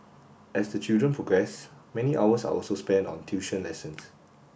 as the children progress many hours are also spent on tuition lessons